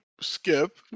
Skip